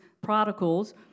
prodigals